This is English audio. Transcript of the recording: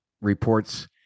reports